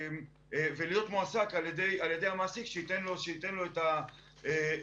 ולהיות מועסק על ידי המעסיק שייתן לו את התנאים